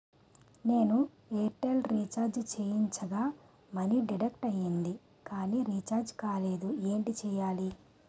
నేను Airtel recharge చేయించగా money deduct అయ్యింది కానీ రీఛార్జ్ కాలేదు ఏంటి చేయాలి?